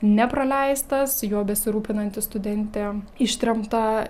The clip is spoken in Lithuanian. nepraleistas juo besirūpinanti studentė ištremta